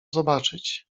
zobaczyć